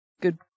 good